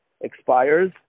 expires